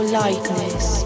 lightness